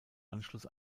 anschluss